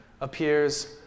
appears